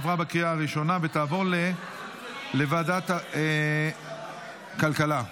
2024, לוועדת הכלכלה נתקבלה.